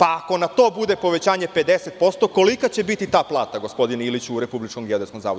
Ako na to bude povećanje od 50%, kolika će biti ta plata, gospodine Iliću, u Republičkomgeodetskom zavodu?